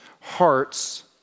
hearts